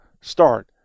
start